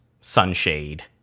sunshade